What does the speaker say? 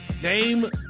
Dame